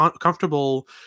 comfortable